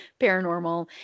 paranormal